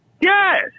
yes